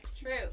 True